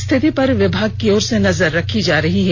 स्थिती पर विभाग की ओर से नजर रखी जा रही है